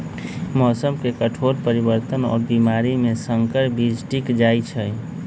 मौसम के कठोर परिवर्तन और बीमारी में संकर बीज टिक जाई छई